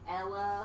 Ella